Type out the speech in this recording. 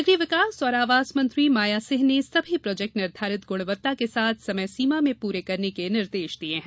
नगरीय विकास और आवास मंत्री माया सिंह ने सभी प्रोजेक्ट निर्धारित गुणवत्ता के साथ समय सीमा में पूर्ण करने के निर्देश दिए हैं